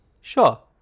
Sure